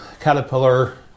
Caterpillar